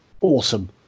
awesome